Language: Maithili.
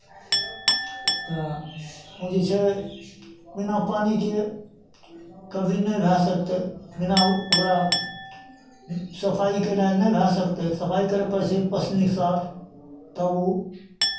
तऽ ओ जे छै बिना पानिके कभी नहि भए सकतै बिना ओकरा सफाइ कयने नहि भए सकतै सफाइ करय पड़ै छै पोसनीके साथ तब ओ